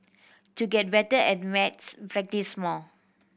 to get better at maths practise more